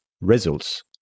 results